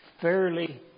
fairly